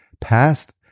past